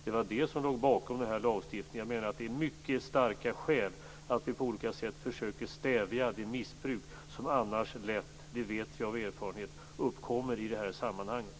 Det var det som låg bakom lagstiftningen. Jag menar att det finns mycket starka skäl för att vi på olika sätt försöker stävja det missbruk som annars lätt - det vet vi av erfarenhet - uppkommer i det här sammanhanget.